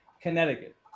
Connecticut